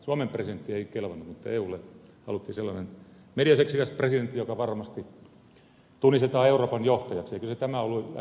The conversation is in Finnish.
suomen presidentti ei kelvannut mutta eulle haluttiin sellainen mediaseksikäs presidentti joka varmasti tunnistetaan euroopan johtajaksi eikö tämä ollut ainakin joillakin se haave